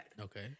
Okay